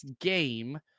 game